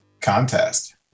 contest